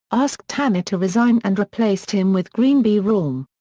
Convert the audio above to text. asked tanner to resign and replaced him with green b. raum.